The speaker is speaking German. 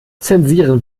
zensieren